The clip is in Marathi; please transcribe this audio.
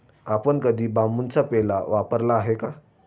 आपण कधी बांबूचा पेला वापरला आहे का?